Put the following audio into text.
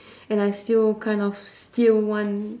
and I still kind of still want